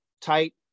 tight